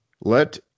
Let